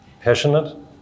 passionate